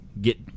get